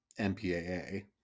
mpaa